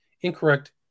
incorrect